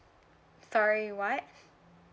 sorry what